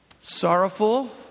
sorrowful